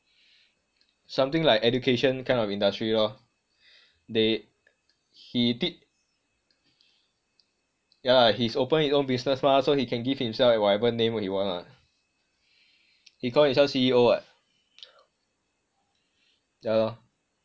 something like education kind of industry lor they he di~ yah lah he open his own business mah so he can give himself whatever name he want mah he call himself C_E_O what yah lor